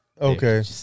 okay